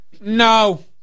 No